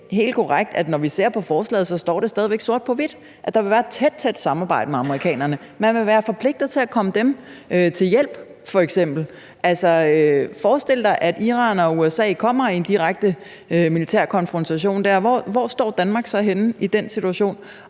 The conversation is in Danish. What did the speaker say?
helt korrekt, at når vi ser på forslaget, står det stadig sort på hvidt, at der vil være et tæt, tæt samarbejde med amerikanerne; at man vil være forpligtet til f.eks. at komme dem til hjælp? Altså, forestil dig, at Iran og USA kommer i en direkte militær konfrontation dér – hvor står Danmark så henne i den situation?